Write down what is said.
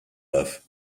earth